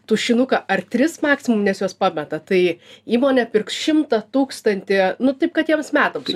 tušinuką ar tris maksimum nes juos pameta tai įmonė pirks šimtą tūkstantį nu taip kad jiems metams